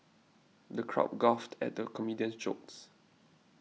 the crowd guffawed at the comedian's jokes